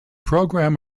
program